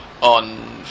on